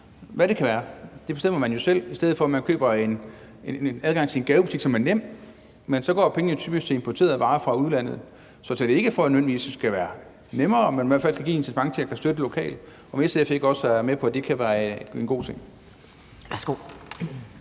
hvad det end kan være – det bestemmer man jo selv – i stedet for at købe adgang til en gavebutik, hvilket er nemt. Men så går pengene jo typisk til importerede varer fra udlandet. Så det er ikke for at sige, at det nødvendigvis skal være nemmere, men det handler om at give et incitament til at støtte det lokale. Jeg vil høre, om SF ikke også er med på, at det kan være en god ting.